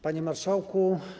Panie Marszałku!